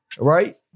right